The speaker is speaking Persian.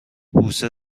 بوسه